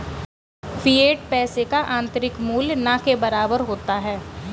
fiat पैसे का आंतरिक मूल्य न के बराबर होता है